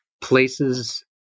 places